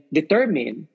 determine